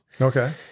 Okay